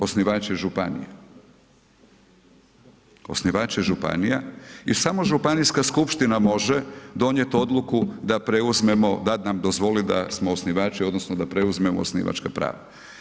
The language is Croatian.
Osnivač je županija, osnivač je županija i samo županijska skupština može donijeti odluku da preuzmemo, da nam dozvoli da smo osnivači, odnosno da preuzmemo osnivačka prava.